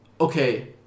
okay